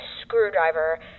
screwdriver